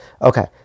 Okay